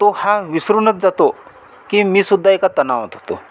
तो हा विसरूनच जातो की मीसुद्धा एका तणावात होतो